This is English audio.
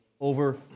over